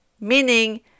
Meaning